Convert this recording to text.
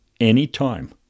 anytime